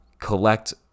collect